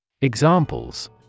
Examples